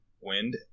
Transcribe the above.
wind